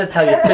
ah tell you